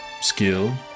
skill